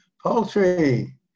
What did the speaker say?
Poultry